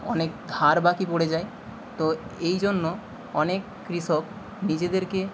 অনেক ধার বাকি পড়ে যায় তো এই জন্য অনেক কৃষক নিজেদেরকে